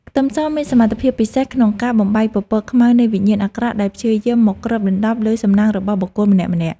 ខ្ទឹមសមានសមត្ថភាពពិសេសក្នុងការបំបែកពពកខ្មៅនៃវិញ្ញាណអាក្រក់ដែលព្យាយាមមកគ្របដណ្តប់លើសំណាងរបស់បុគ្គលម្នាក់ៗ។